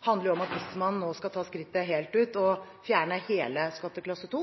handler om at hvis man skal ta skrittet helt ut og fjerne hele skatteklasse 2,